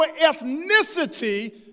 ethnicity